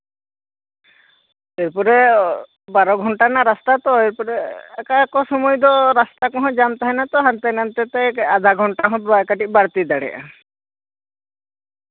ᱮᱨᱯᱚᱨᱮ ᱵᱟᱨᱚ ᱜᱷᱚᱱᱴᱟ ᱨᱮᱱᱟᱜ ᱨᱟᱥᱛᱟ ᱛᱚ ᱮᱨᱯᱚᱨᱮ ᱚᱠᱟ ᱚᱠᱟ ᱥᱚᱢᱚᱭ ᱫᱚ ᱨᱟᱥᱛᱟ ᱠᱚᱦᱚᱸ ᱡᱟᱢ ᱛᱟᱦᱮᱸ ᱱᱟᱛᱚ ᱦᱟᱱᱛᱮ ᱱᱟᱛᱮ ᱛᱮ ᱟᱫᱷᱟ ᱜᱷᱚᱱᱴᱟ ᱠᱟᱹᱴᱤᱡ ᱵᱟᱹᱲᱛᱤ ᱫᱟᱲᱮᱭᱟᱜᱼᱟ